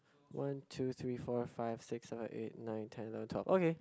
one two three four five six seven eight nine ten no talk okay